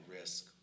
risk